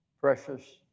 Precious